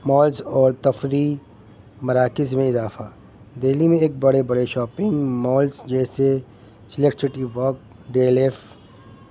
malls اور تفریح مراکز میں اضافہ دہلی میں ایک بڑے بڑے شاپنگ مالس جیسے Select City Walk D L F